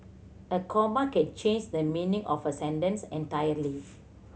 a comma can change the meaning of a sentence entirely